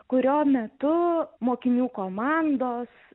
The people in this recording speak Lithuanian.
kurio metu mokinių komandos